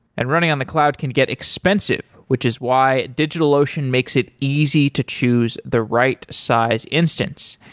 and running on the cloud can get expensive, which is why digitalocean makes it easy to choose the right size instance.